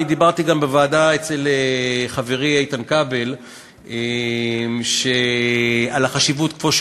אני דיברתי גם בוועדה אצל חברי איתן כבל על החשיבות פה,